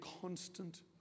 constant